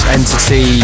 Entity